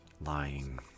lying